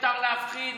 מותר להפחיד,